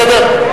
בסדר?